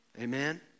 Amen